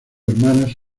hermanas